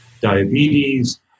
diabetes